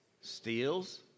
Steals